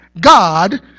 God